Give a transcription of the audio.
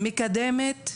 מקדמת,